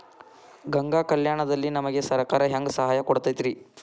ಗಂಗಾ ಕಲ್ಯಾಣ ದಲ್ಲಿ ನಮಗೆ ಸರಕಾರ ಹೆಂಗ್ ಸಹಾಯ ಕೊಡುತೈತ್ರಿ?